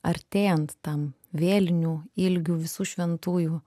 artėjant tam vėlinių ilgių visų šventųjų